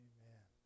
Amen